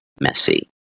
Messy